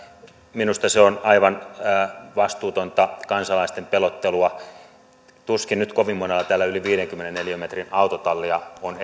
minusta se on aivan vastuutonta kansalaisten pelottelua tuskin nyt kovin monella täällä yli viidenkymmenen neliömetrin autotallia on